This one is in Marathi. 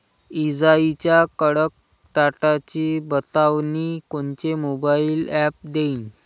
इजाइच्या कडकडाटाची बतावनी कोनचे मोबाईल ॲप देईन?